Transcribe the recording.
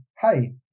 hey